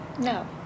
no